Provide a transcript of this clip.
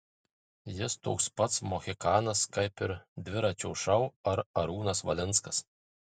jis toks pat mohikanas kaip ir dviračio šou ar arūnas valinskas